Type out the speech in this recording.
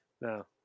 No